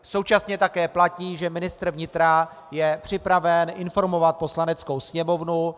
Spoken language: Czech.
Současně také platí, že ministr vnitra je připraven informovat Poslaneckou sněmovnu.